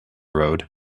road